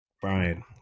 Brian